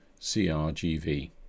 CRGV